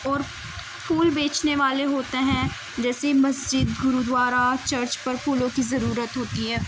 اور پھول بیچنے والے ہوتے ہیں جیسے مسجد گرودوارا چرچ پر پھولوں کی ضرورت ہوتی ہے